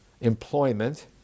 employment